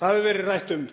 Það hefur verið rætt um